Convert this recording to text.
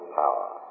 power